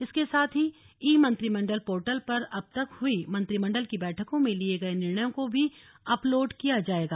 इसके साथ ही ई मंत्रिमण्डल पोर्टल पर अब तक हुई मंत्रिमण्डल की बैठकों में लिये गये निर्णयों को भी अपलोड किया जायेगा